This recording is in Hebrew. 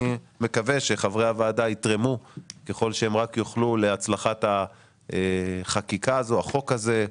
אני מקווה שחברי הוועדה יתרמו ככל שהם רק יוכלו להצלחת החוק הזה,